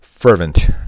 fervent